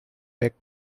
pack